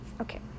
Okay